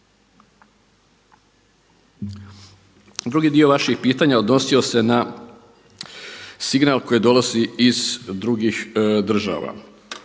Drugi dio vaših pitanja odnosio se na signal koji dolazi iz drugih država.